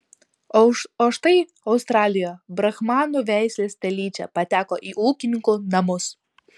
o štai australijoje brahmanų veislės telyčia pateko į ūkininkų namus